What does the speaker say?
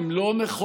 מה לעשות?